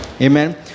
Amen